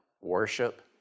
worship